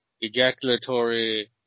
ejaculatory